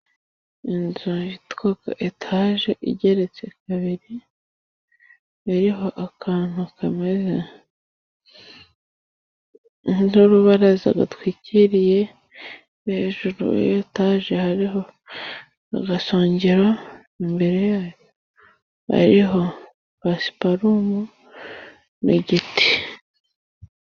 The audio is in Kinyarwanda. Inzu yitwa etaje igeretse kabiri，iriho akantu kameze nk’urubaraza batwikiriye，hejuru ya etaje hariho n’agasongero，imbere yayo hariho basiparumu n’igiti.